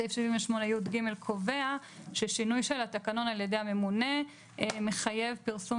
סעיף 78(יג) קובע ששינוי של התקנון על ידי הממונה מחייב פרסום